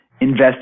invest